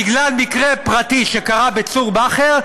בגלל מקרה פרטי שקרה בס'ור באהר,